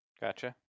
Gotcha